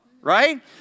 right